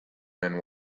and